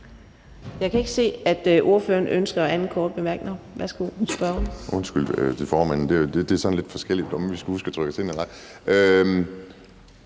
Jeg kan ikke se, at ordføreren ønsker sin anden korte bemærkning.